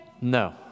No